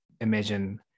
imagine